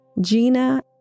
Gina